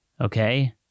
Okay